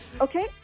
Okay